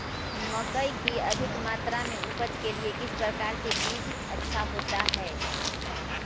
मकई की अधिक मात्रा में उपज के लिए किस प्रकार की बीज अच्छा होता है?